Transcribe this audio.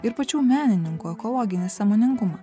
ir pačių menininkų ekologinį sąmoningumą